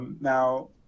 Now